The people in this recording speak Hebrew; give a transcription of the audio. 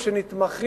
או במוסדות שנתמכים